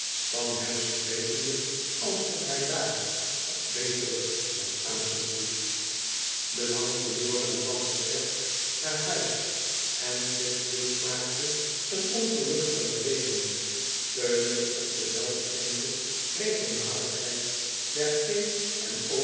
van hem sprekende alsof hij daar god beter t was aangespoeld de lang verde viering vain geboortedagen lorene was op weg naar huis en flipfield maakte een ongelukkige berekening steunende op de welbekende regelmatigheid der